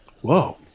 Whoa